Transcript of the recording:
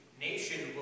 Nation